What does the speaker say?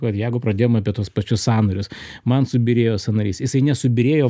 va ir jeigu pradėjom apie tuos pačius sąnarius man subyrėjo sąnarys jisai nesubyrėjo